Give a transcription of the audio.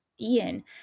Ian